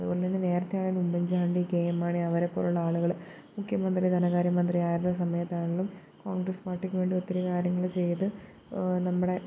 അതുപോലെ തന്നെ നേരത്തെയാണെങ്കിൽ Oommen Chandy K M Mani അവരെപോലെയുള്ള ആളുകൾ മുഖ്യമന്ത്രി ധനകാര്യമന്ത്രി ആരുടെ സമയത്താണെങ്കിലും കോൺഗ്രസ്സ് പാർട്ടിക്കു വേണ്ടി ഒത്തിരി കാര്യങ്ങൾ ചെയ്ത് നമ്മുടെ